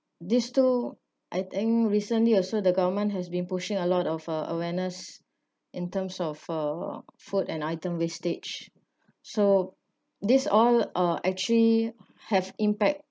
these two I think recently also the government has been pushing a lot of uh awareness in terms of uh food and items wastage so this all uh actually have impact